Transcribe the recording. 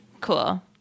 cool